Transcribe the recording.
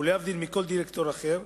ולהבדיל מכל דירקטור אחר,